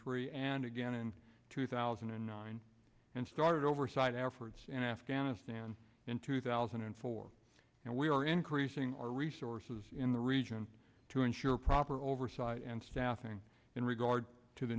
three and again in two thousand and nine and started oversight efforts in afghanistan in two thousand and four and we are increasing our resources in the region to ensure proper oversight and staffing in regard to the